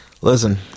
Listen